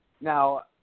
Now